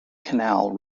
canal